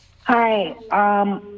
Hi